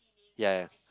ya ya